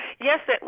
Yes